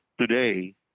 today